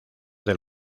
del